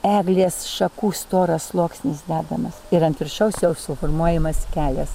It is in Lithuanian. eglės šakų storas sluoksnis dedamas ir ant viršaus jau suformuojamas kelias